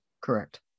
Correct